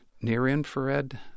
near-infrared